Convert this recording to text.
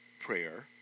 prayer